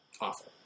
Awful